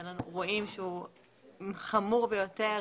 שאנו רואים שהוא חמור יותר,